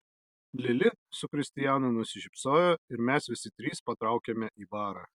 lili su kristijanu nusišypsojo ir mes visi trys patraukėme į barą